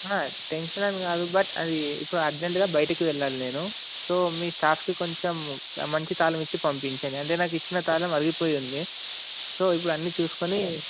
tension అని కాదు but అది ఇప్పుడు అర్జెంట్గా బయటకు వెళ్ళాలి నేను సో మీ స్టాఫ్కి కొంచెం మంచి తాళం ఇచ్చి పంపించండి అంటే నాకు ఇచ్చిన తాళం అరిగిపోయింది సో ఇప్పుడు అన్ని చూసుకొని